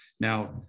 Now